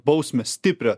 bausmę stiprią